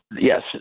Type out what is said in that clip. yes